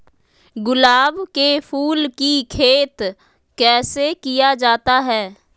गुलाब के फूल की खेत कैसे किया जाता है?